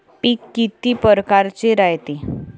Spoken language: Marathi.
पिकं किती परकारचे रायते?